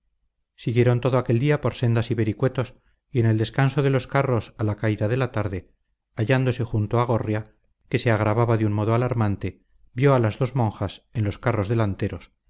siguieron todo aquel día por sendas y vericuetos y en el descanso de los carros a la caída de la tarde hallándose junto a gorria que se agravaba de un modo alarmante vio a las dos monjas en los carros delanteros